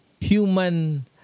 human